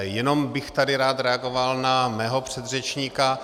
Jenom bych tady rád reagoval na svého předřečníka.